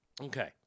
Okay